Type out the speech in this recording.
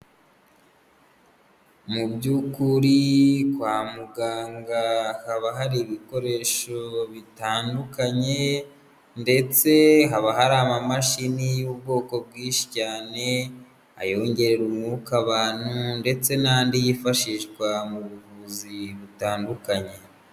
Mu by'ukuri kwa muganga haba hari ibikoresho bitandukanye ,ndetse haba hari ama mashini y'ubwoko bwinshi cyane, ayongere umwuka abantu ndetse n'andi yifashishwa mu buvuzi butandukanye.